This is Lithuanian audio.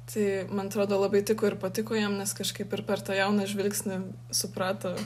tai man atrodo labai tiko ir patiko jiem nes kažkaip ir per tą jauną žvilgsnį suprato